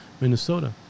Minnesota